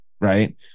right